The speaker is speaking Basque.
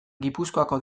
gipuzkoako